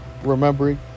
remembering